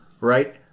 right